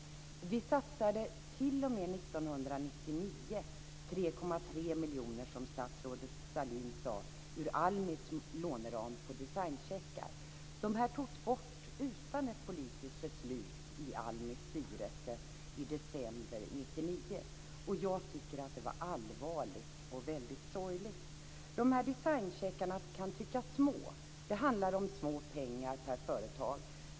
Vi satsade t.o.m. 1999 3,3 miljoner kronor, som statsrådet Sahlin sade, ur ALMI:s låneram på designcheckar. De togs bort utan ett politiskt beslut i ALMI:s styrelse i december 1999. Jag tycker att det var allvarligt och väldigt sorgligt. De här designcheckarna kan tyckas små. Det handlar om lite pengar per företag.